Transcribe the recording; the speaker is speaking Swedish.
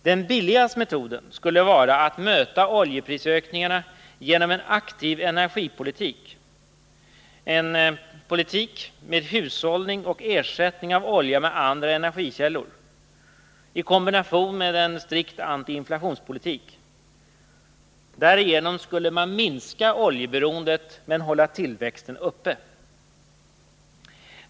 Den billigaste metoden skulle vara att möta oljeprishöjningarna genom en aktiv energipolitik, med hushållning och ersättning av olja med andra energikällor, i kombination med en strikt antiinflationspolitik. Därigenom skulle man minska oljeberoendet men hålla tillväxten uppe.